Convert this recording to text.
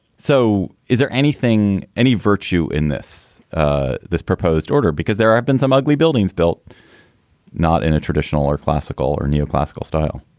so is there anything, any virtue in this ah this proposed order? because there have been some ugly buildings built not in a traditional or classical or neoclassical neoclassical style,